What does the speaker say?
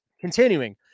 Continuing